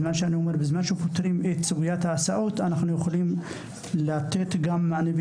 ברגע שפותרים את בעיית ההסעות אנחנו יכולים לתת מענה גם